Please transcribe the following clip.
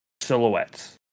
silhouettes